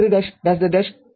x3